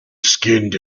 skinned